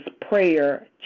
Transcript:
prayer